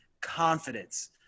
confidence